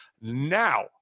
Now